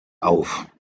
auf